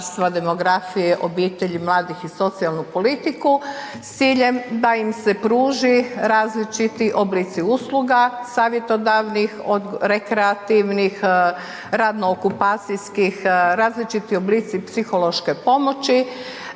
demografije, obitelji, mladih i socijalnu politiku, s ciljem da im se pruži različiti oblici usluga savjetodavnih, od rekreativnih, radno okupacijskih, različiti oblici psihološke pomoći